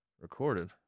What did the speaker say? recorded